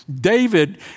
David